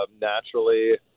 naturally